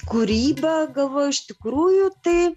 kūryba galvoju iš tikrųjų tai